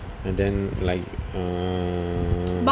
and then like err